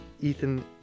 Ethan